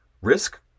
risk